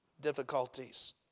difficulties